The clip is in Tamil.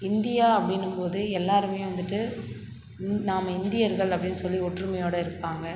இந்தியா அப்டின்னும் போது எல்லாருமே வந்துட்டு நாம இந்தியர்கள் அப்படினு சொல்லி ஒற்றுமையோடு இருப்பாங்கள்